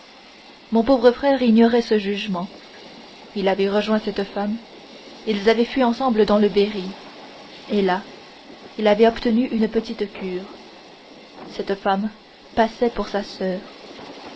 mon pauvre frère ignorait ce jugement il avait rejoint cette femme ils avaient fui ensemble dans le berry et là il avait obtenu une petite cure cette femme passait pour sa soeur